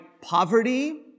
poverty